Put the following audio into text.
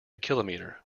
kilometre